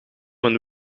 een